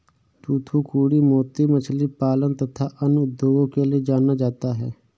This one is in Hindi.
थूथूकुड़ी मोती मछली पालन तथा अन्य उद्योगों के लिए जाना जाता है